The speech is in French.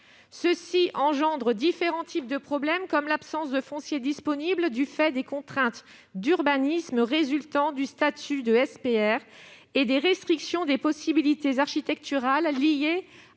en résulte différents types de problèmes comme l'absence de foncier disponible, du fait des contraintes d'urbanisme résultant du statut de SPR et des restrictions des possibilités architecturales liées